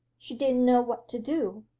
she didn't know what to do.